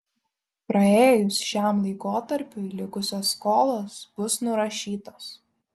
praėjus šiam laikotarpiui likusios skolos bus nurašytos